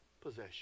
possession